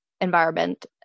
environment